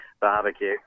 barbecue